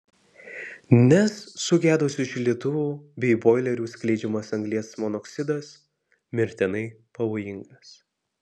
nes sugedusių šildytuvų bei boilerių skleidžiamas anglies monoksidas mirtinai pavojingas